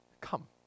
come